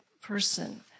person